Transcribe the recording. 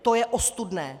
To je ostudné